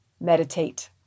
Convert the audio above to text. Meditate